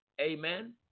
Amen